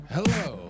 Hello